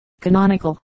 canonical